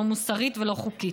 לא מוסרית ולא חוקית.